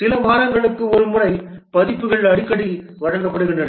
சில வாரங்களுக்கு ஒரு முறை பதிப்புகள் அடிக்கடி வழங்கப்படுகின்றன